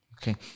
Okay